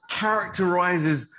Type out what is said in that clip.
characterizes